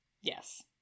yes